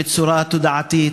בצורה תודעתית,